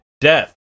Death